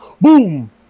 boom